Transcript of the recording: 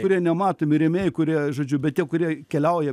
kurie nematomi rėmėjai kurie žodžiu bet tie kurie keliauja